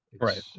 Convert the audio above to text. right